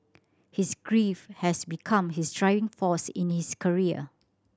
his grief has become his driving force in his career